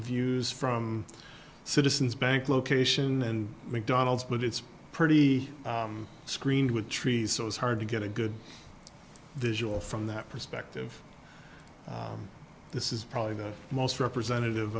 views from citizens bank location and mcdonald's but it's pretty screened with trees so it's hard to get a good visual from that perspective this is probably the most representative